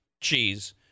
cheese